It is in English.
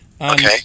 Okay